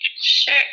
Sure